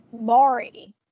Mari